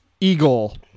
Eagle